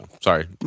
Sorry